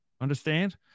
Understand